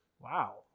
Wow